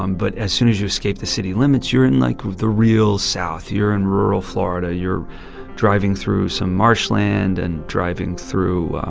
um but as soon as you escape the city limits, you're in, like, the real south. you're in rural florida. you're driving through some marshland and driving through